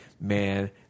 man